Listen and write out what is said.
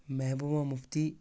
Mehbooba Mufti